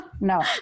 no